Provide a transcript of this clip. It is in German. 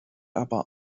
aber